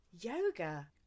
yoga